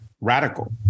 radical